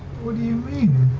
what do you mean?